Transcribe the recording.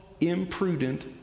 imprudent